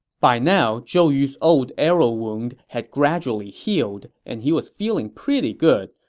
by now, zhou yu's old arrow wound had gradually healed and he was feeling pretty good.